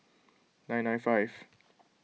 nine nine five